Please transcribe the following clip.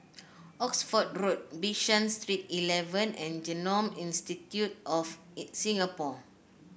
Oxford Road Bishan Street Eleven and Genome Institute of Singapore